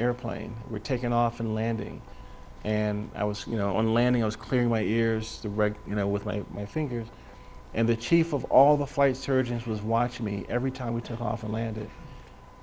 airplane were taking off and landing and i was you know on landing i was clearing away ears the reg you know with my fingers and the chief of all the flight surgeons was watching me every time we took off and landed